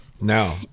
no